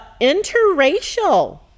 Interracial